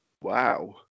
wow